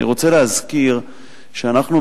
אני רוצה להזכיר שאנחנו,